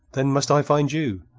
then, must i find you?